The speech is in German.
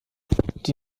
die